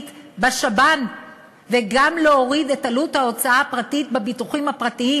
בשב"ן ולהוריד גם את עלות ההוצאה הפרטית בביטוחים הפרטיים.